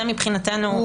זה מבחינתנו.